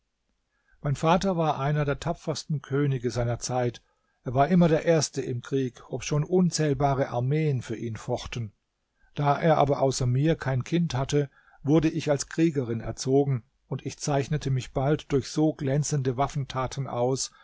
mein vater war einer der tapfersten könige seiner zeit er war immer der erste im krieg obschon unzählbare armeen für ihn fochten da er aber außer mir kein kind hatte wurde ich als kriegerin erzogen und ich zeichnete mich bald durch so glänzende waffentaten aus